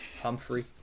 Humphrey